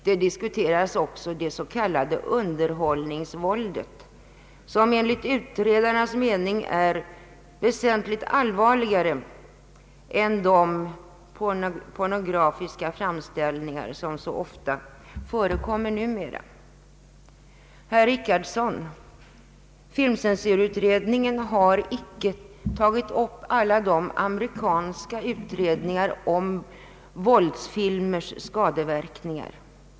Man diskuterade också det s.k. underhållningsvåldet, som enligt utredarnas mening är väsentligt allvarligare än de pornografiska framställningar som så ofta förekommer numera. Filmcensurutredningen har icke, herr Richardson, tagit upp alla de amerikanska utredningarna om våldsfilmers skadeverkningar.